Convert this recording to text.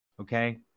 okay